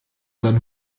dann